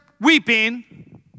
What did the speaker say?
weeping